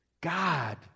God